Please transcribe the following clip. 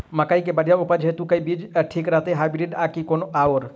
मकई केँ बढ़िया उपज हेतु केँ बीज ठीक रहतै, हाइब्रिड आ की कोनो आओर?